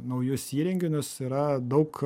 naujus įrenginius yra daug